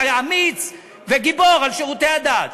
אתה אמיץ וגיבור על שירותי הדת.